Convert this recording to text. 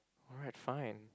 alright fine